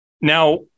Now